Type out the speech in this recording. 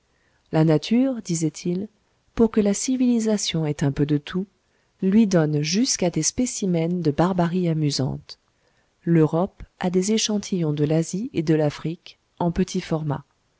la nature disait-il pour que la civilisation ait un peu de tout lui donne jusqu'à des spécimens de barbarie amusante l'europe a des échantillons de l'asie et de l'afrique en petit format